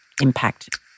impact